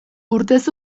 urtez